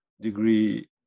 degree